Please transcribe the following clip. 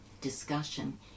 discussion